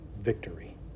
victory